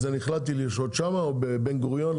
ואני החלטתי לשהות שם או בבן גוריון.